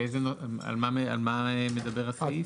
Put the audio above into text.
על מה מדבר הסעיף?